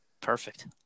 Perfect